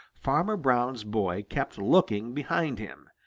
farmer brown's boy kept looking behind him,